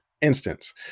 instance